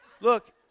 Look